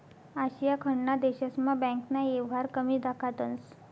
आशिया खंडना देशस्मा बँकना येवहार कमी दखातंस